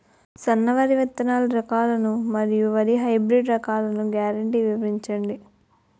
సన్న వరి విత్తనాలు రకాలను మరియు వరి హైబ్రిడ్ రకాలను గ్యారంటీ వివరించండి?